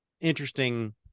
interesting